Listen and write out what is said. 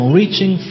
reaching